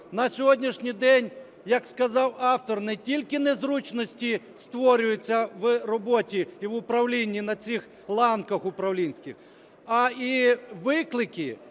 на сьогоднішній день, як сказав автор, не тільки незручності створюються в роботі і в управлінні на цих ланках управлінських, а й виклики,